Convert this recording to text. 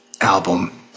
album